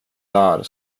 där